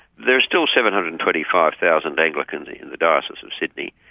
there are still seven hundred and twenty five thousand anglicans in the diocese of sydney,